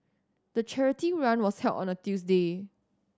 the charity run was held on a Tuesday